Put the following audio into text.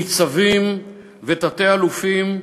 ניצבים ותת-אלופים,